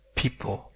people